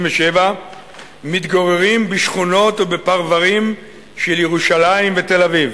מתגוררים בשכונות ובפרברים של ירושלים ותל-אביב.